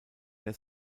der